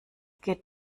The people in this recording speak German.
geht